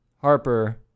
Harper